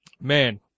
man